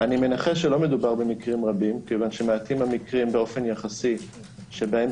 מנחש שלא מדובר במקרים רבים כי מעטים המקרים באופן יחסי שבהם